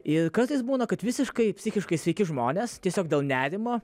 ir kartais būna kad visiškai psichiškai sveiki žmonės tiesiog dėl nerimo